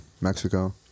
Mexico